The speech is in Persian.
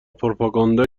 پروپاگانده